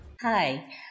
Hi